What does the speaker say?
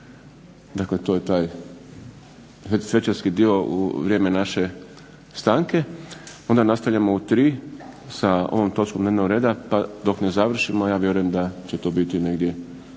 dakle to je taj svečarski dio u vrijeme naše stanke. Onda nastavljamo u tri sa ovom točkom dnevnog reda pa dok ne završimo, ja vjerujem da će to biti negdje